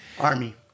Army